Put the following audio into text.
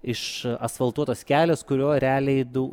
išasfaltuotas kelias kuriuo realiai du